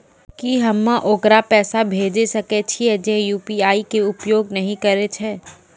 की हम्मय ओकरा पैसा भेजै सकय छियै जे यु.पी.आई के उपयोग नए करे छै?